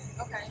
Okay